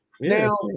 Now